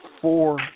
four